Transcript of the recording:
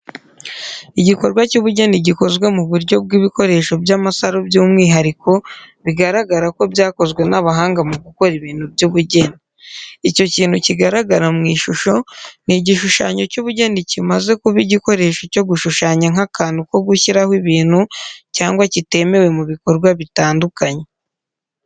Igikorwa cy'ubugeni gikozwe mu buryo bw'ibikoresho bw'amasaro by’umwihariko, bigaragara ko byakozwe n’abahanga mu gukora ibintu by’ubugeni. Icyo kintu kigaragara mu ishusho ni igishushanyo cy’ubugeni kimaze kuba igikoresho cyo gushushanya nk’akantu ko gushyiraho ibintu cyangwa kitemewe mu bikorwa bitandukanye.